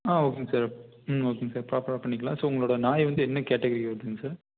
ஆ ஓகேங்க சார் ம் ஓகேங்க சார் ப்ராப்பராக பண்ணிக்கலாம் ஸோ உங்களோட நாயை வந்து என்ன கேட்டகிரி வருதுங்க சார்